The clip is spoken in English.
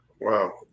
Wow